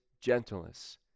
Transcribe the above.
gentleness